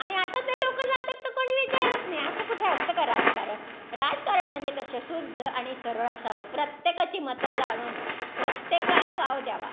आणि आता ते लोक जात आहेत तर कोणी विचारत नाही असं कुठे असतं का राजकारण राजकारण म्हणजे कसं शुद्ध आणि सरळ असावं प्रत्येकाची मतं जाणून प्रत्येकाला वाव द्यावा